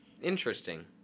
interesting